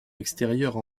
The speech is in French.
extérieure